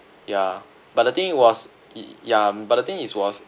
ya but the thing was it ya but the thing it was